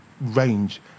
range